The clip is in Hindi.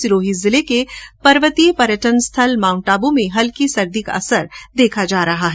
सिरोही जिले के पर्वतीय पर्यटन स्थल माउंट आबू में हल्की सर्दी का असर शुरु हो गया है